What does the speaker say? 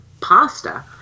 pasta